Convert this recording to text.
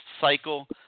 cycle